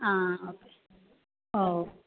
ആ ഓക്കേ ഓ